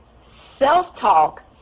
Self-talk